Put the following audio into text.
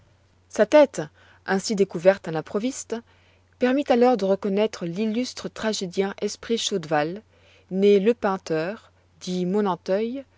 sa tête ainsi découverte à l'improviste permit alors de reconnaître l'illustre tragédien esprit chaudval né lepeinteur dit monanteuil